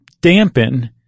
dampen